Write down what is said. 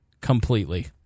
completely